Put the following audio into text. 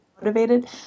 motivated